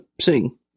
sing